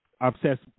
obsessed